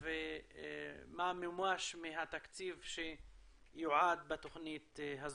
ומה מומש מהתקציב שיועד בתוכנית הזאת.